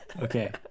Okay